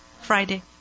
Friday